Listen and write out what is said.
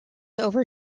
over